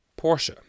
Porsche